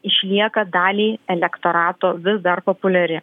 išlieka daliai elektorato vis dar populiari